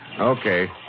Okay